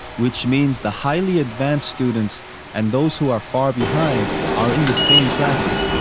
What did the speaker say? which means the highly-advanced students and those who are far behind are in the same classes,